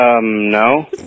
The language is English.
no